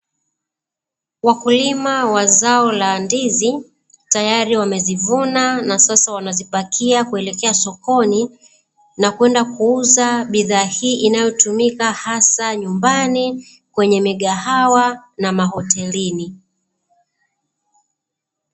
Wakulima wa zao la ndizi tayari wamezivuna na sasa wanazipakia kuelekea sokoni, na kwenda kuuza bidhaa hii inayotumika hasa nyumbani, kwenye migahawa na mahotelini.